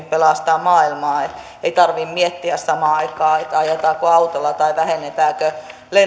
pelastaa maailmaa ei tarvitse miettiä samaan aikaan ajetaanko autolla tai vähennetäänkö